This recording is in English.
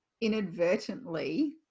inadvertently